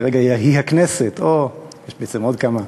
שכרגע היא הכנסת, בעצם יש עוד כמה,